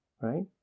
right